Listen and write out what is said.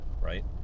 right